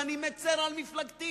ואני מצר על מפלגתי.